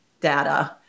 data